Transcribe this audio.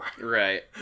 Right